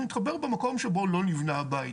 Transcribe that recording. אנחנו נתחבר במקום שבו לא נבנה הבית.